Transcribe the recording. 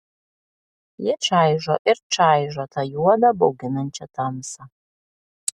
jie čaižo ir čaižo tą juodą bauginančią tamsą